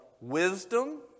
wisdom